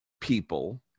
people